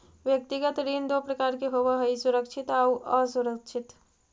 व्यक्तिगत ऋण दो प्रकार के होवऽ हइ सुरक्षित आउ असुरक्षित